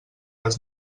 vas